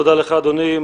תודה לך, אדוני.